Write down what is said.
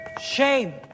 Shame